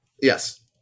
yes